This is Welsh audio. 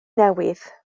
newydd